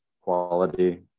quality